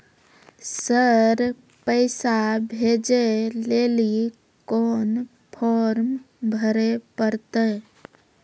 Sir पैसा भेजै लेली कोन फॉर्म भरे परतै?